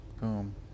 Boom